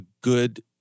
good